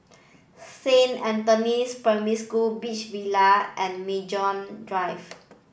Saint Anthony's Primary School Beach Villa and Maju Drive